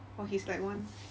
!wah! he's like one